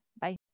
Bye